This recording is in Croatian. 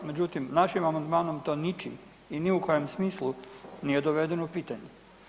Međutim, našim amandmanom to ničim i ni u kojem smislu nije dovedeno u pitanje.